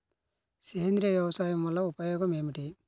సేంద్రీయ వ్యవసాయం వల్ల ఉపయోగం ఏమిటి?